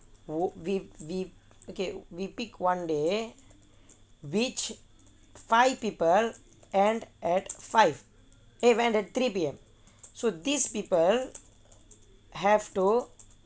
okay we pick one day which five people end at five eh end at three P_M so these people have to